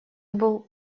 был